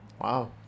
wow